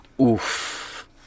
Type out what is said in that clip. Oof